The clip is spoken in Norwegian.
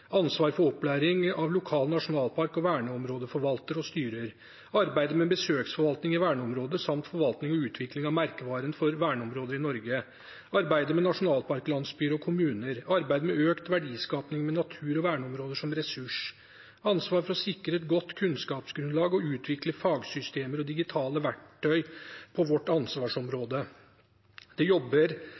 ansvar for opplæring av lokale nasjonalpark- og verneområdeforvaltere og -styrer arbeid med besøksforvaltning i verneområder samt forvaltning og utvikling av merkevaren for verneområder i Norge arbeidet med nasjonalparklandsbyer og -kommuner arbeid med økt verdiskaping, med natur og verneområder som ressurs ansvar for å sikre et godt kunnskapsgrunnlag og utvikle fagsystemer og digitale verktøy på vårt ansvarsområde Etter det jeg vet, jobber